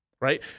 right